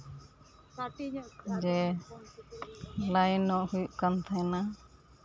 ᱡᱮ ᱞᱟᱭᱤᱱᱚᱜ ᱦᱩᱭᱩᱜ ᱠᱟᱱ ᱛᱟᱦᱮᱱᱟ